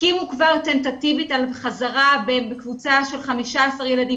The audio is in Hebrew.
יסכימו כבר טנטטיבית על חזרה בקבוצה של 15 ילדים,